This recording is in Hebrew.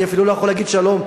אני אפילו לא יכול להגיד שלום,